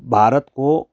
भारतको